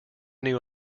new